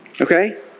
Okay